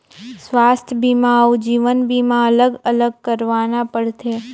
स्वास्थ बीमा अउ जीवन बीमा अलग अलग करवाना पड़थे?